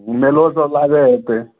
मेलो सब लागै होयतै